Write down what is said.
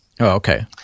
okay